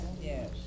yes